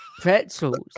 pretzels